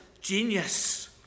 genius